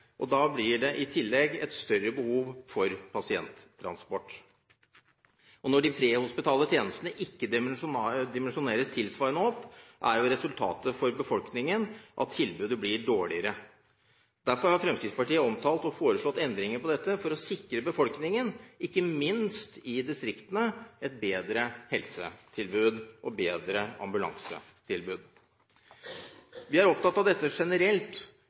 tidligere. Da blir det i tillegg et større behov for pasienttransport. Når de prehospitale tjenestene ikke dimensjoneres tilsvarende opp, er resultatet for befolkningen at tilbudet blir dårligere. Derfor har Fremskrittspartiet foreslått endringer i dette for å sikre befolkningen, ikke minst i distriktene, et bedre helsetilbud og et bedre ambulansetilbud. Vi er opptatt av dette generelt,